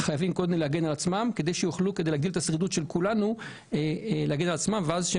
חייבים קודם להגן על עצמם כדי להגדיל את השרידות של כולנו ואז הם